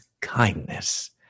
kindness